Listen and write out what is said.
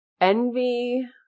Envy